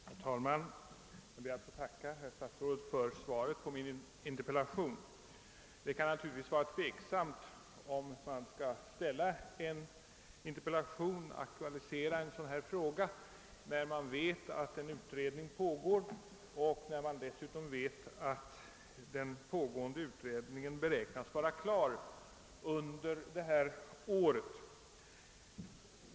Herr talman! Jag ber att få tacka herr statsrådet för svaret på min interpellation. Det kan naturligtvis vara tvivelaktigt om man bör interpellera i en sådan fråga när man vet både att en utredning pågår och att denna beräknas vara klar under detta år.